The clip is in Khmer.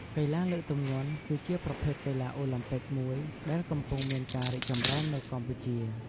កីឡាលើកទម្ងន់ គឺជាប្រភេទកីឡាអូឡាំពិកមួយដែលកំពុងមានការរីកចម្រើននៅកម្ពុជា។